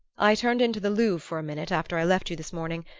i turned in to the louvre for a minute after i left you this morning,